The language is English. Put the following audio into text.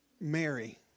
Mary